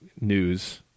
news